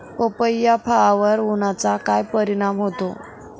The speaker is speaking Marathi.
पपई या फळावर उन्हाचा काय परिणाम होतो?